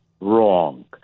wrong